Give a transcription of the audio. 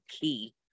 key